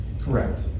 Correct